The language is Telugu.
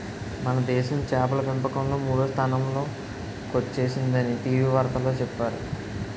మనదేశం చేపల పెంపకంలో మూడో స్థానంలో కొచ్చేసిందని టీ.వి వార్తల్లో చెప్పేరు